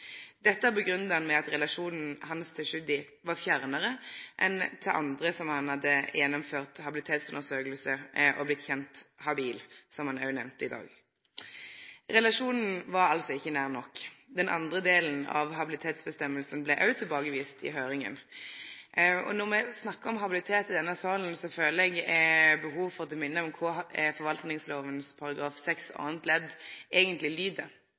Dette grunngav han med at relasjonen hans til Tschudi var fjernare enn til andre som han hadde gjennomført habilitetsundersøking av og blitt kjent habil, som han òg nemnde i dag. Relasjonen var altså ikkje nær nok. Den andre delen av habilitetsføresegna blei òg tilbakevist i høyringa. Når me snakkar om habilitet i denne salen, føler eg behov for å minne om korleis forvaltningslova § 6 andre ledd eigentleg